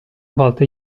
volte